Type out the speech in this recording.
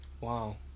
Wow